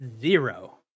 Zero